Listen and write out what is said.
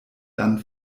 dann